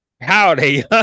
Howdy